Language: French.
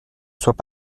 soient